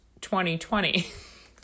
2020